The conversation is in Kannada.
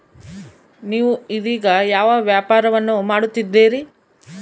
ನೇವು ಇದೇಗ ಯಾವ ವ್ಯಾಪಾರವನ್ನು ಮಾಡುತ್ತಿದ್ದೇರಿ?